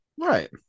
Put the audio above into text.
Right